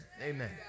Amen